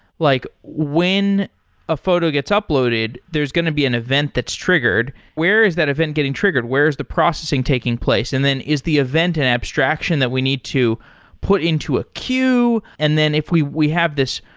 like when a photo gets uploaded, there's going to be an event that's triggered. where is that event getting triggered? where is the processing taking place? and then is the event and abstraction that we need to put into a queue? and then if we we have this,